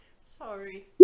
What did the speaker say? Sorry